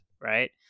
right